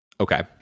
Okay